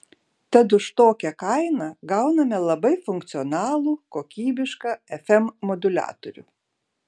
tad už tokią kainą gauname labai funkcionalų kokybišką fm moduliatorių